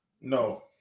No